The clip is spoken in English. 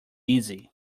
easy